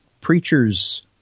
preachers